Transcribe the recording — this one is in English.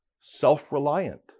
self-reliant